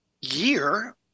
year